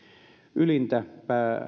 ylintä